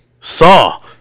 Saw